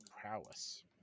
prowess